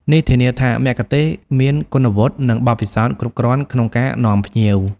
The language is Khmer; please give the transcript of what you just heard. នេះធានាថាមគ្គុទ្ទេសក៍មានគុណវុឌ្ឍិ និងបទពិសោធន៍គ្រប់គ្រាន់ក្នុងការនាំភ្ញៀវ។